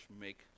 make